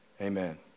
Amen